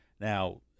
Now